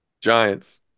Giants